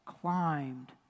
climbed